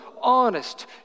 honest